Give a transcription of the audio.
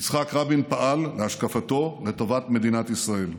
יצחק רבין פעל, להשקפתו, לטובת מדינת ישראל,